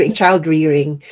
child-rearing